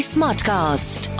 Smartcast